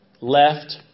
left